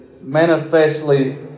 manifestly